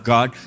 God